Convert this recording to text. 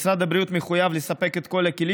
משרד הבריאות מחויב לספק את כל הכלים